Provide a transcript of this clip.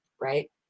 right